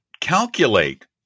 Calculate